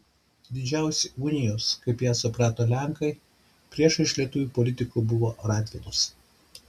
didžiausi unijos kaip ją suprato lenkai priešai iš lietuvių politikų buvo radvilos